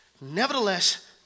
nevertheless